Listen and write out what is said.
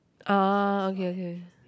ah okay okay